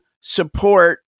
support